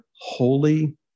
holy